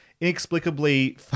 inexplicably